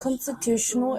constitutional